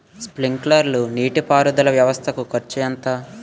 Sprinkler నీటిపారుదల వ్వవస్థ కు ఖర్చు ఎంత?